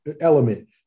element